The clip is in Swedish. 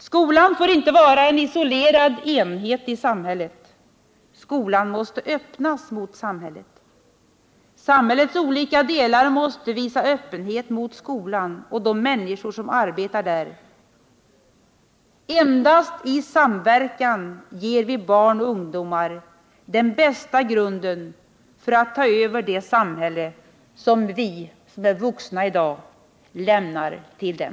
Skolan får inte vara en isolerad enhet i samhället, skolan måste öppnas mot samhället. Samhällets olika delar måste visa öppenhet mot skolan och de människor som arbetar där. Endast i samverkan ger vi barn och ungdomar den bästa grunden för att ta över det samhälle som vi som är vuxna i dag lämnar till dem.